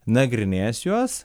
nagrinės juos